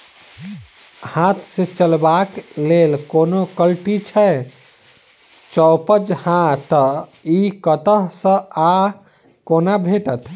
हाथ सऽ चलेबाक लेल कोनों कल्टी छै, जौंपच हाँ तऽ, इ कतह सऽ आ कोना भेटत?